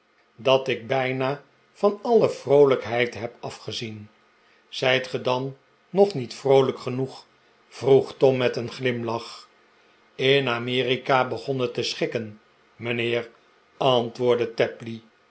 dat ik bijna van alle vroolijkheid heb afgezien zijt ge dan nog niet vroolijk genoeg vroeg tom met een glimlach tn amerika begon het te schikken mijnheer antwoordde tapley